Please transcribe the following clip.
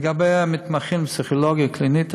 לגבי המתמחים בפסיכולוגיה קלינית,